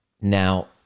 Now